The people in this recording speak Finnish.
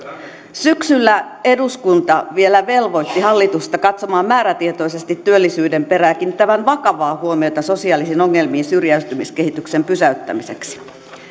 syksyllä eduskunta vielä velvoitti hallitusta katsomaan määrätietoisesti työllisyyden perään ja kiinnittämään vakavaa huomiota sosiaalisiin ongelmiin syrjäytymiskehityksen pysäyttämiseksi